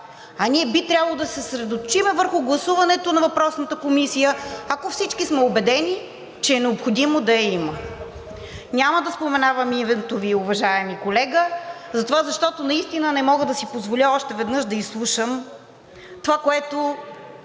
а ние би трябвало да се съсредоточим върху гласуването на въпросната комисия, ако всички сме убедени, че е необходимо да я има. Няма да споменавам името Ви, уважаеми колега, затова, защото наистина не мога да си позволя още веднъж да изслушам това, което